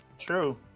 True